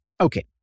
Okay